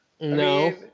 no